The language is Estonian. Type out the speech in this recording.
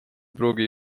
pruugi